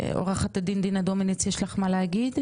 עורכת הדין דינה דומיניץ יש לך מה להגיד?